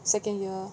second year